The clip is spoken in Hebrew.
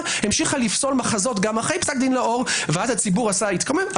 המשיכה לפסול מחזות גם אחרי פסק דין לאור ואז הציבור התקומם.